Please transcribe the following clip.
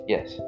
Yes